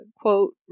quote